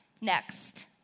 Next